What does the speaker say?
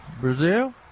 Brazil